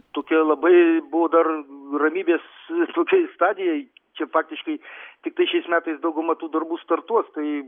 tokia labai buvo dar ramybės tokioj stadijoj čia faktiškai tiktai šiais metais dauguma tų darbų startuos tai